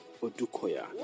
Odukoya